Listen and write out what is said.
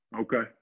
Okay